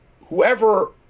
whoever